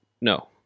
no